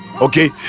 okay